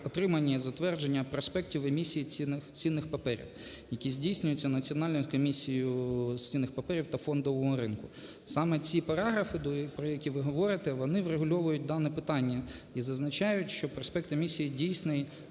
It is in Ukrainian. отримання і затвердження проспектів емісії цінних паперів, які здійснюються Національною комісією з цінних паперів та фондового ринку. Саме ці параграфи, про які ви говорите, вони врегульовують дане питання і зазначають, що проспект емісії дійсний